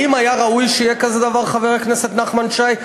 האם היה ראוי שיהיה כזה דבר, חבר הכנסת נחמן שי?